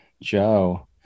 Joe